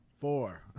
Four